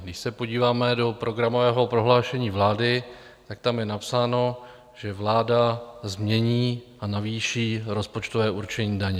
Když se podíváme do programového prohlášení vlády, tak tam je napsáno, že vláda změní a navýší rozpočtové určení daní.